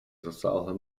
zasáhl